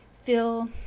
feel